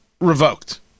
revoked